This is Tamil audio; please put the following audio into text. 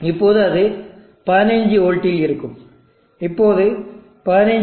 இப்போது அது 15v இல் இருக்கும் இப்போது 15v 14